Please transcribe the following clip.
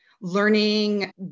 learning